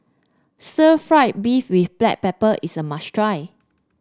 stir fry beef with Black Pepper is a must try